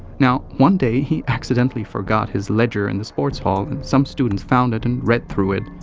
now one day, he accidentally forgot his ledger in the sports hall and some students found it and read through it,